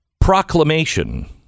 proclamation